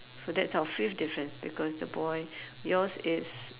so that's our fifth difference because the boy yours is